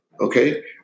Okay